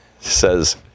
says